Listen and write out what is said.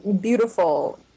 beautiful